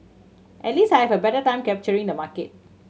at least I have a better time capturing the market